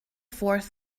forest